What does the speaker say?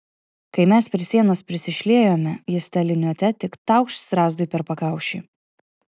kai mes prie sienos prisišliejome jis ta liniuote tik taukšt strazdui per pakaušį